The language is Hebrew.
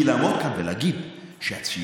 כי לעמוד כאן ולהגיד שהציונות